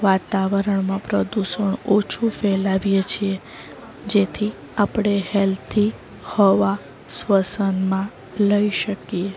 વાતાવરણમાં પ્રદૂષણ ઓછું ફેલાવીએ છીએ જેથી આપણે હેલ્ધી હવા શ્વસનમાં લઈ શકીએ